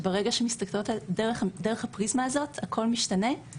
שברגע שמסתכלות דרך הפריזמה הזאת הכול משתנה,